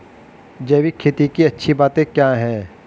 जैविक खेती की अच्छी बातें क्या हैं?